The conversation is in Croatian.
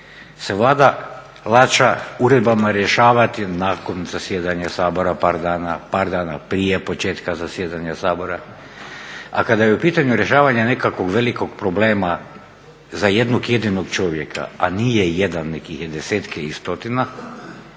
se Vlada lača uredbama rješavati nakon zasjedanja Sabora par dana prije početka zasjedanja Sabora. A kada je u pitanju rješavanje nekakvog velikog problema za jednog jedinog čovjeka, a nije jedan, nego ih je desetke i stotina,